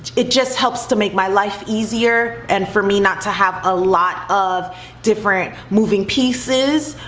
it just helps to make my life easier, and for me not to have a lot of different moving pieces,